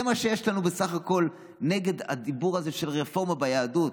זה מה שיש לנו בסך הכול נגד הדיבור הזה על רפורמה ביהדות.